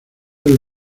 del